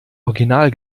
original